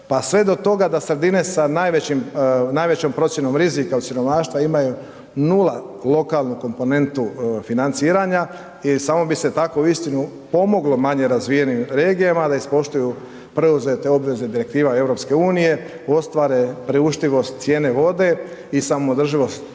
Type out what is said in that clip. pa sve do toga da sredine sa najvećom procjenom rizika od siromaštva imaju nula lokalnu komponentu financiranja i samo bi se tako uistinu pomoglo manje razvijenim regijama da ispoštuju preuzete obveze direktiva EU-a, ostvare priuštivost cijene vode i samoodrživost